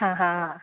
हा हा